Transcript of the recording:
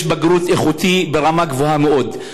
ויש בגרות איכותית ברמה גבוהה מאוד.